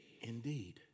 Indeed